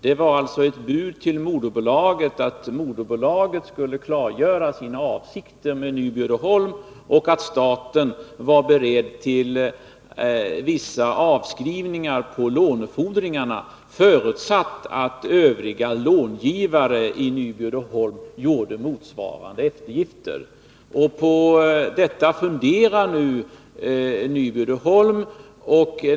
Det var ett bud till moderbolaget som gällde att detta skulle klargöra sina avsikter med Nyby Uddeholm och att staten var beredd att göra vissa avskrivningar på lånefordringarna, förutsatt att övriga långivare i Nyby Uddeholm gjorde motsvarande eftergifter. På detta funderar nu Nyby Uddeholm.